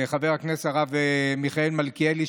חבר הכנסת הרב מיכאל מלכיאלי,